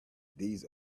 these